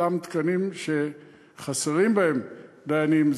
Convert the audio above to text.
אותם תקנים שחסרים בהם דיינים,